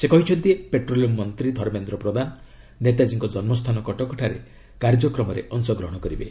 ସେ କହିଛନ୍ତି ପେଟ୍ରୋଲିୟମ୍ ମନ୍ତ୍ରୀ ଧର୍ମେନ୍ଦ୍ର ପ୍ରଧାନ ନେତାଜୀଙ୍କ ଜନ୍ମୁସ୍ଥାନ କଟକଠାରେ କାର୍ଯ୍ୟକ୍ରମରେ ଅଂଶଗ୍ରହଣ କରିବେ